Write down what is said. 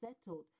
settled